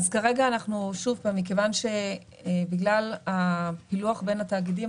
בגלל הפילוח בין התאגידים,